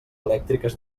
elèctriques